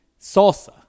salsa